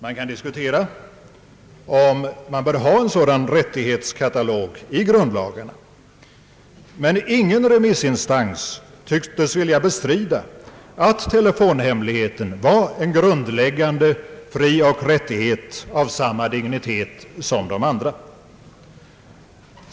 Man kan diskutera om man bör ha en sådan rättighetskatalog i grundlagen, men ingen remissinstans tycktes vilja bestrida att telefonhemligheten var en grundläggande frioch rättighet av samma dignitet som de andra.